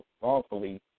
wrongfully